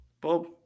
Bob